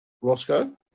Roscoe